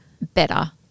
better